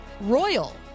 royal